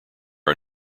are